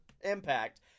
Impact